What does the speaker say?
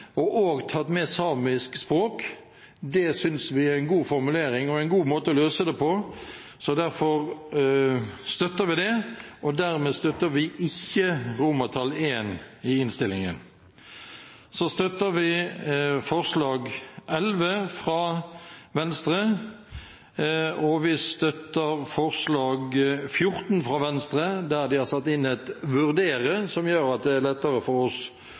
har også tatt med samisk språk. Vi synes det er en god formulering og en god måte å løse det på, derfor støtter vi det. Dermed støtter vi ikke I i innstillingen. Så støtter vi forslag nr. 11, og vi støtter forslag nr. 14. Der har de satt inn et «vurdere», som gjør at det er lettere for oss